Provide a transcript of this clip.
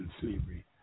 slavery